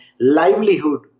livelihood